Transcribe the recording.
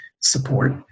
support